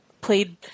played